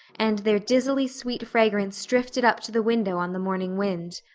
and their dizzily sweet fragrance drifted up to the window on the morning wind.